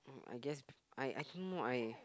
I guess I I think I